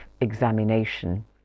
examination